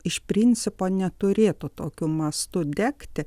iš principo neturėtų tokiu mastu degti